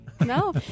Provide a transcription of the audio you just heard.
No